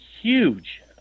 huge